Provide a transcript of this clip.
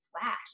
flash